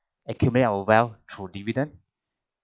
accumulate our wealth through dividend